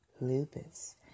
lupus